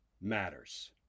matters